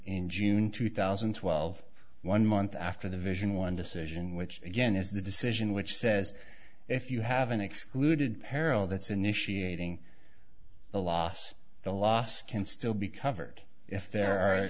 in june two thousand and twelve one month after the vision one decision which again is the decision which says if you haven't excluded peril that's initiating the loss the loss can still be covered if there are